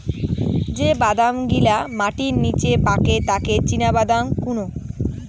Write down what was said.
যে বাদাম গিলা মাটির নিচে পাকে তাকি চীনাবাদাম কুহু